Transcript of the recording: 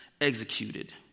executed